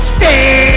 Stay